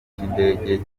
cy’indege